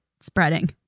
spreading